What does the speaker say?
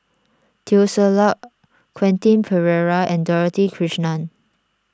Teo Ser Luck Quentin Pereira and Dorothy Krishnan